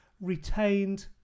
retained